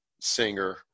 singer